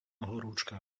horúčka